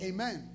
Amen